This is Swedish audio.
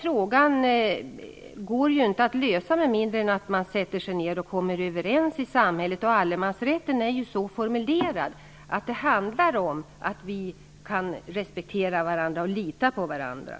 Frågan går inte att lösa med mindre än att inblandade parter i samhället sätter sig ned och diskuterar för att komma överens. Allemansrätten är så formulerad att vi skall kunna respektera varandra och lita på varandra.